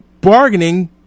bargaining